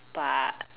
but